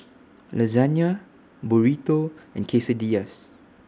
Lasagna Burrito and Quesadillas